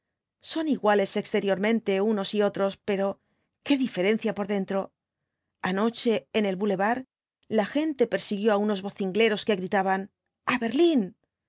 son iguales exteriormente unos y otros pero qué diferencia por dentro anoche en el bulevar la gente persiguió á unos vocingleros que gritaban a berlín